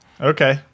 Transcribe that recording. Okay